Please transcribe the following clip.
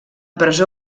presó